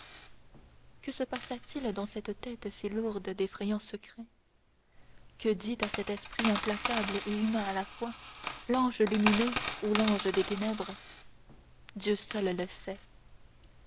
que se passa-t-il dans cette tête si lourde d'effrayants secrets que dit à cet esprit implacable et humain à la fois l'ange lumineux ou l'ange des ténèbres dieu seul le sait